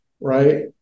right